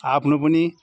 आफ्नो पनि